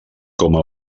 coma